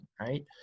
right